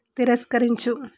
తిరస్కరించు